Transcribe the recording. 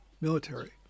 military